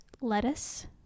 lettuce